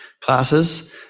classes